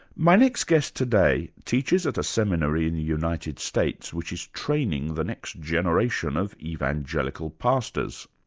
my next guest today teaches at a seminary in the united states which is training the next generation of evangelical pastors.